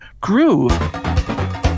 groove